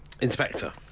Inspector